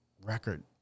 record